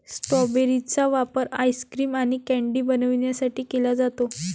strawberry चा वापर ice cream आणि कँडी बनवण्यासाठी केला जातो